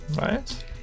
right